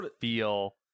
feel